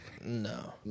No